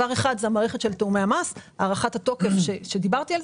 המערכת של תיאומי המס וארכת התוקף עליה דיברתי.